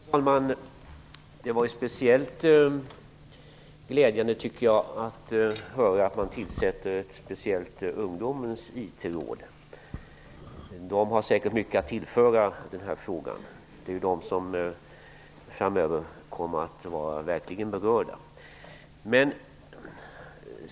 Fru talman! Det var speciellt glädjande att höra att ett ungdomens IT-råd kommer att tillsättas. Ett sådant råd har säkert mycket att tillföra denna fråga. Det är ju ungdomarna som framöver kommer att vara de verkligt berörda.